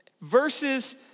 Verses